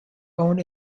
own